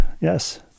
yes